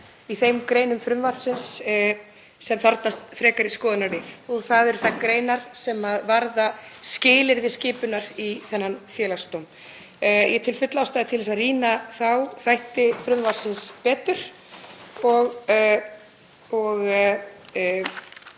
í þeim greinum frumvarpsins sem þarfnast frekari skoðunar. Það eru þær greinar sem varða skilyrði skipunar í þennan Félagsdóm. Ég tel fulla ástæðu til að rýna þá þætti frumvarpsins betur